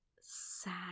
sad